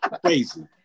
crazy